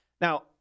Now